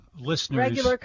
listeners